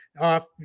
off